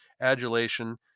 adulation